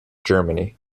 germany